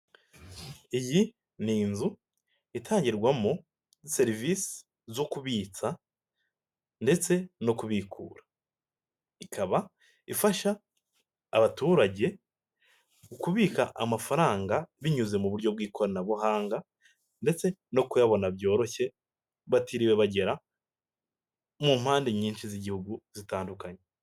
Iyi ni inzu itangirwamo serivisi zo kubitsa ndetse no kubikura. Ikaba ifasha abaturage kubika amafaranga binyuze mu buryo bw'ikoranabuhanga ndetse no kuyabona byoroshye batiriwe bagera mu mpande nyinshi z'igihugu zitandukanye.